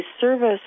service